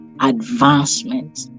advancement